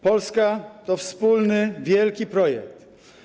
Polska to wspólny wielki projekt.